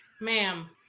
ma'am